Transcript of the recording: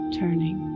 turning